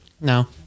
No